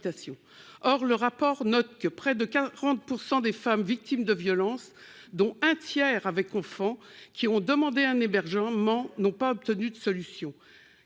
or, le rapport note que près de 40 % des femmes victimes de violences, dont un tiers avec enfants qui ont demandé un hébergement n'ont pas obtenu de solution